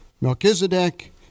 Melchizedek